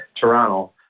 Toronto